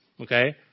Okay